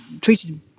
treated